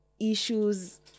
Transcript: issues